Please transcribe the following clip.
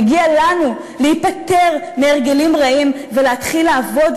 מגיע לנו להיפטר מהרגלים רעים ולהתחיל לעבוד,